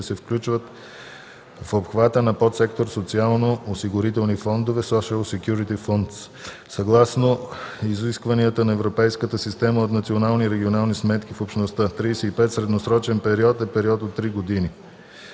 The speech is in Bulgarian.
се включват в обхвата на подсектор „Социалноосигурителни фондове” (social security funds) съгласно изискванията на Европейската система от национални и регионални сметки в Общността. 35. „Средносрочен период“ е период от три години.